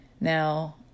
Now